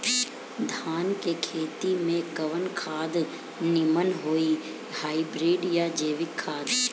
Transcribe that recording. धान के खेती में कवन खाद नीमन होई हाइब्रिड या जैविक खाद?